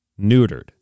neutered